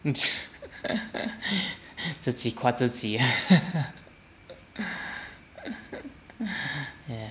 自己夸自己 ah